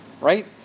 Right